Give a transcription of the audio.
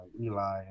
Eli